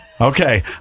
Okay